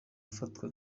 afatwa